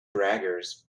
braggers